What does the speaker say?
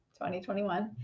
2021